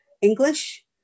English